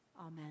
Amen